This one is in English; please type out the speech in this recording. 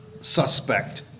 suspect